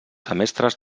semestres